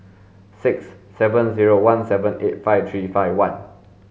six seven zero one seven eight five three five one